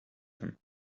him